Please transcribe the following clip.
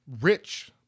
rich